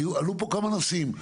עלו פה כמה נושאים.